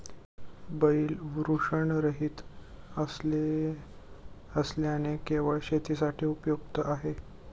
बैल वृषणरहित असल्याने केवळ शेतीसाठी उपयुक्त आहे